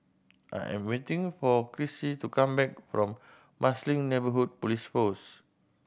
I am waiting for Krissy to come back from Marsiling Neighbourhood Police Post